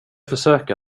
försöka